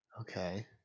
Okay